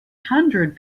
hundred